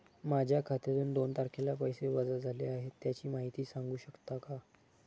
माझ्या खात्यातून दोन तारखेला पैसे वजा झाले आहेत त्याची माहिती सांगू शकता का?